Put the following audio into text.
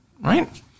right